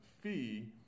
fee